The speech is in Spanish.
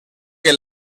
que